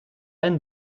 anne